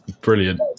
brilliant